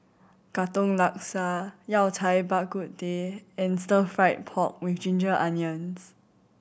Katong Laksa Yao Cai Bak Kut Teh and Stir Fried Pork With Ginger Onions